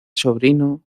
sobrino